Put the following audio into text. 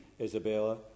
Isabella